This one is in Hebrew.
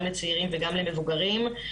גם לצעירים וגם למבוגרים.